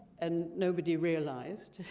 and nobody realized.